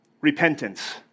repentance